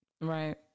Right